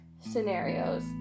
scenarios